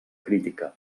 crítica